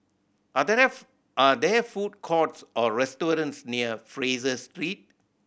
are there are there food courts or restaurants near Fraser Street